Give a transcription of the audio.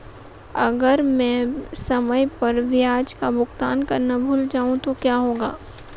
अगर मैं समय पर ब्याज का भुगतान करना भूल जाऊं तो क्या होगा?